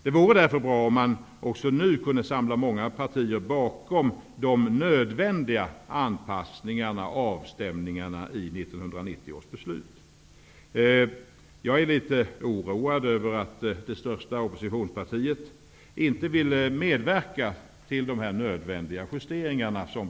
Det vore bra om man nu kunde samla många partier bakom de nödvändiga anpassningarna och avstämningarna av Jag är litet oroad över att det största oppositionspartiet inte vill medverka till dessa nödvändiga justeringar.